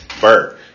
bird